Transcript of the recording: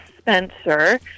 Spencer